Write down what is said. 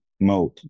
mode